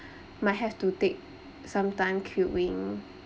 might have to take some time queueing